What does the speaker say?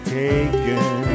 taken